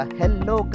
hello